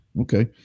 okay